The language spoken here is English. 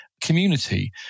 community